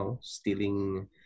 stealing